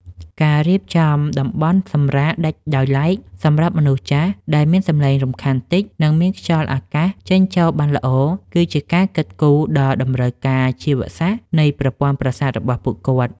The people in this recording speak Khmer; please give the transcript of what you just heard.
ការរៀបចំតំបន់សម្រាកដាច់ដោយឡែកសម្រាប់មនុស្សចាស់ ដែលមានសម្លេងរំខានតិច និងមានខ្យល់អាកាសចេញចូលបានល្អ គឺជាការគិតគូរដល់តម្រូវការជីវសាស្ត្រនៃប្រព័ន្ធប្រសាទរបស់ពួកគាត់។